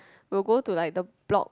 we will go to like the block